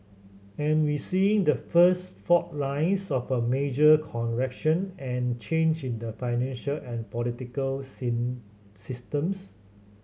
and we seeing the first fault lines of a major correction and change in the financial and political seen systems